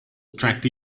attract